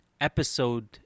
episode